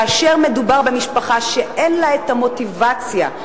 כאשר מדובר במשפחה שאין לה מוטיבציה,